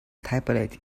tablet